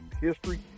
history